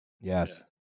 Yes